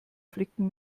flicken